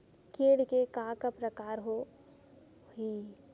कीट के का का प्रकार हो होही?